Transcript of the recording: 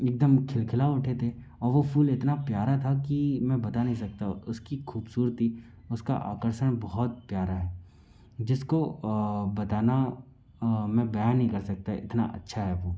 एकदम खिलखिला उठे थे और वो फूल इतना प्यारा था कि मैं बता नहीं सकता हूँ उसकी खूबसूरती उसका आकर्षण बहुत प्यारा है जिसको बताना मैं बयाँ नहीं कर सकता इतना अच्छा है वो